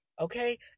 okay